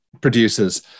producers